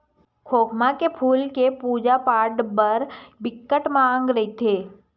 खोखमा के फूल के पूजा पाठ बर बिकट मांग रहिथे